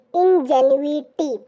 ingenuity